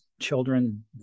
children